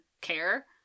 care